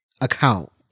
account